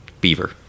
beaver